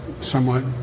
somewhat